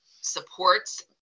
supports